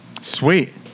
Sweet